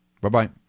Bye-bye